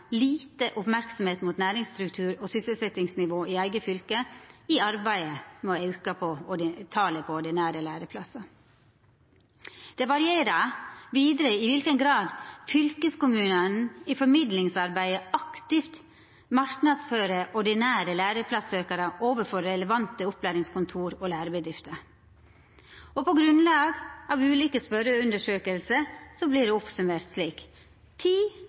lite merksemd mot næringsstruktur og sysselsetjingsnivå i eige fylke i arbeidet med å auka talet på ordinære læreplassar. Det varierer vidare i kva grad fylkeskommunane i formidlingsarbeidet aktivt marknadsfører ordinære læreplassøkjarar overfor relevante opplæringskontor og lærebedrifter. På grunnlag av ulike spørjeundersøkingar vert det summert opp slik: